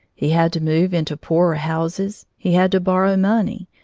he had to move into poorer houses, he had to borrow money,